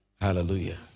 Hallelujah